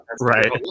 Right